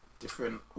Different